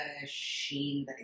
machine